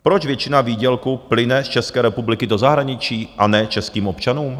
Proč většina výdělku plyne z České republiky do zahraničí, a ne českým občanům?